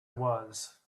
was